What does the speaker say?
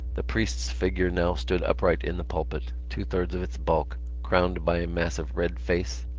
the priest's figure now stood upright in the pulpit, two-thirds of its bulk, crowned by a massive red face,